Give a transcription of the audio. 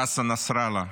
חסן נסראללה.